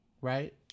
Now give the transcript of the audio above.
Right